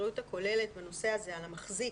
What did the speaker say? האחריות הכוללת בנושא הזה על המחזיק,